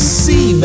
see